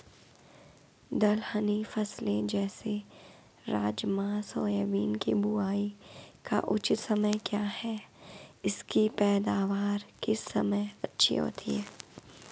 दलहनी फसलें जैसे राजमा सोयाबीन के बुआई का उचित समय क्या है इसकी पैदावार किस समय अच्छी होती है?